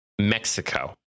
mexico